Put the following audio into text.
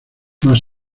más